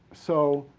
so,